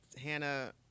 Hannah